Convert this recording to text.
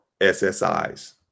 SSIs